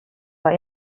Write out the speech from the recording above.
war